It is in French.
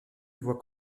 voit